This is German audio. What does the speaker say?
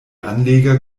anleger